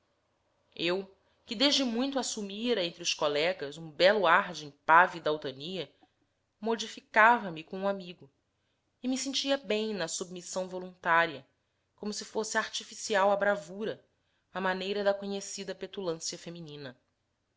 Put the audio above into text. eu que desde muito assumira entre os colegas um belo ar de impávida altania modificava me com o amigo e me sentia bem na submissão voluntária como se fosse artificial a bravura à maneira da conhecida petulância feminina